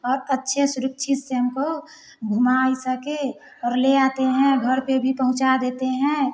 और अच्छे सुरक्षित से हमको घूमाए सकें और ले आते हैं घर पर भी पहुँचा देते हैं